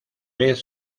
vez